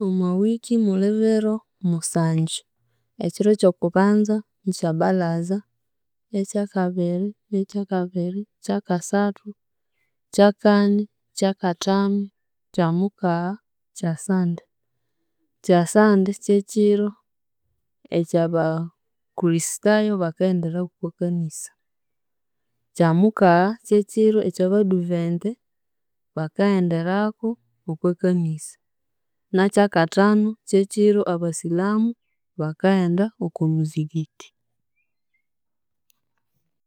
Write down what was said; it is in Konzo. Omwa wiki muli biro musanju; ekiro eky'okubanza ni kyabbalaza, eky'akabiri ni kyakabiri, kyakasathu, kyakani, kyakathanu, kyamukagha, kyasande, kyasande ky'ekiro eky'aba kristayo bakaghenderako oko kanisa, kyamukagha ky'ekiro eky'abaduvente bakaghenderaku okwa kanisa, nakyakathanu ky'ekiro abasiramu bakaghenda okwa muzigiti.